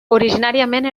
originàriament